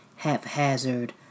Haphazard